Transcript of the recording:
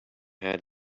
had